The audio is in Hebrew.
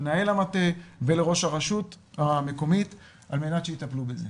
מנהל המטה וראש הרשות המקומית על מנת שיטפלו בזה.